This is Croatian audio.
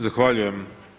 Zahvaljujem.